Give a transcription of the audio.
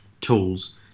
tools